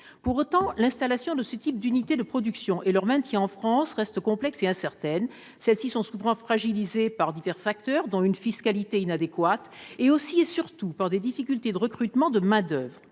Pour autant, l'installation de ce type d'unités de production et leur maintien en France s'avèrent complexes et incertains. Elles sont souvent fragilisées non seulement par une fiscalité inadéquate, mais aussi, et surtout, par des difficultés de recrutement de main-d'oeuvre.